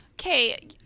Okay